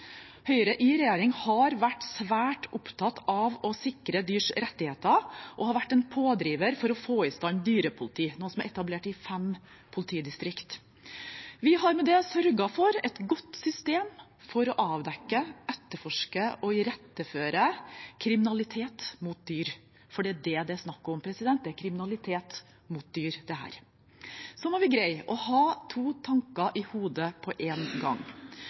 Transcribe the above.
Høyre i regjering har vært svært opptatt av å sikre dyrs rettigheter og har vært en pådriver for å få i stand dyrepoliti, noe som er etablert i fem politidistrikt. Vi har med det sørget for et godt system for å avdekke, etterforske og iretteføre kriminalitet mot dyr, for det er det det er snakk om. Det er kriminalitet mot dyr. Vi må greie å ha to tanker i hodet på en gang.